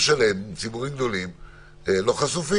לא,